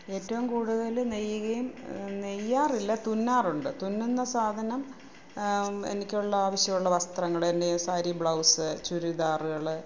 ഏറ്റവും കൂടുതൽ നെയ്യുകയും നെയ്യാറില്ല തുന്നാറുണ്ട് തുന്നുന്ന സാധനം എനിക്കുള്ള ആവശ്യം ഉള്ള വസ്ത്രങ്ങൾ എൻ്റെ സാരി ബ്ലൗസ് ചുരിദാറുകൾ